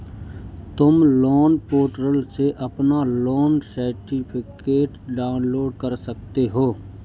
तुम loan portal से अपना लोन सर्टिफिकेट डाउनलोड कर सकते हो